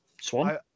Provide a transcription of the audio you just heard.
Swan